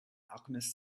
alchemist